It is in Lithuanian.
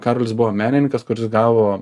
karolis buvo menininkas kuris gavo